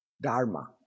dharma